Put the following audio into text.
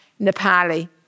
Nepali